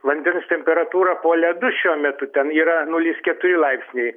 vandens temperatūra po ledu šiuo metu ten yra nulis keturi laipsniai